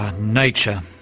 ah nature.